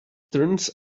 turns